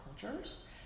cultures